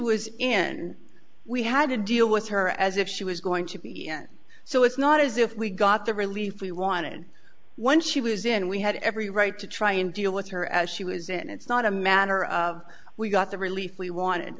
was in we had to deal with her as if she was going to be n so it's not as if we got the relief we wanted one she was in we had every right to try and deal with her as she was in it's not a matter of we got the relief we wanted